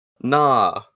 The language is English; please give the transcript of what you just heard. Nah